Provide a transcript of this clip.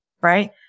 right